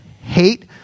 hate